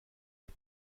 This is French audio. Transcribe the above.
les